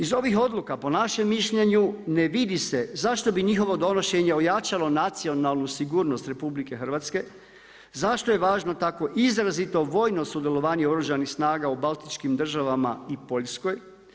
Iz ovih odluka po našem mišljenju ne vidi se zašto bi njihovo donošenje ojačalo nacionalnu sigurnost RH, zašto je važno tako izrazito vojno sudjelovanje Oružanih snaga u baltičkim državama i Poljskoj.